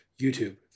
YouTube